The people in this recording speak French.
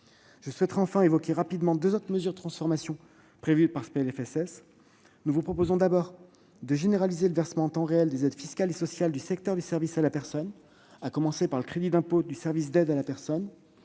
Je souhaiterais évoquer rapidement deux autres mesures de transformation prévues dans ce texte. Nous vous proposons de généraliser le versement en temps réel des aides fiscales et sociales du secteur de l'aide à domicile, à commencer par le crédit d'impôt au titre des services à la personne.